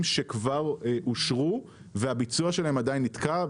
שכבר אושרו והביצוע שלהם עדיין נתקע,